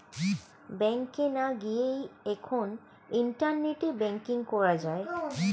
ব্যাংকে না গিয়েই এখন ইন্টারনেটে ব্যাঙ্কিং করা যায়